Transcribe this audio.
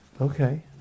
Okay